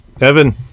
Evan